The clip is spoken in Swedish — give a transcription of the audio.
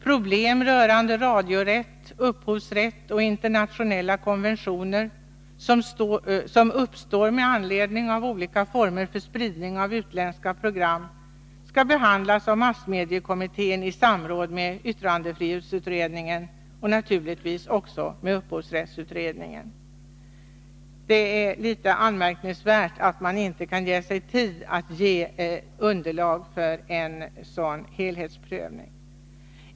Problem rörande radiorätt, upphovsrätt och internationella konventioner, som uppstår med anledning av olika former för spridning av utländska program, skall behandlas av massmediekommittén i samråd med yttrandefrihetsutredningen och naturligtvis också med upphovsrättsutredningen. Det ärlitet anmärkningsvärt att man inte kan ge sig tid för att få fram underlag för en sådan helhetsprövning.